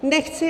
Nechci